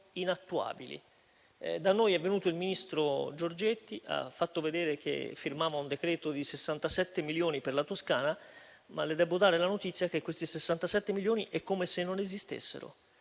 inattuabili. Da noi il ministro Giorgetti ha fatto vedere che firmava un decreto di 67 milioni per la Toscana, ma debbo dare la notizia che quei soldi è come se non esistessero